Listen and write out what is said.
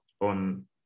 on